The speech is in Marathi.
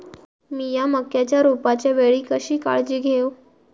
मीया मक्याच्या रोपाच्या वेळी कशी काळजी घेव?